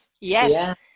yes